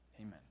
Amen